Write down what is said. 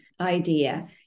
idea